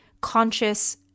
conscious